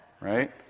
right